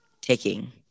taking